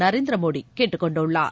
நரேந்திரமோடிகேட்டுக் கொண்டுள்ளார்